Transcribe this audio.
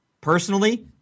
Personally